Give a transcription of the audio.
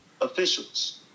officials